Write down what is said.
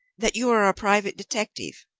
that you are a private detective.